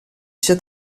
sia